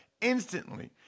instantly